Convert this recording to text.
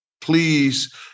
please